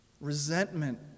Resentment